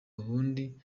ubundi